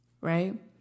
right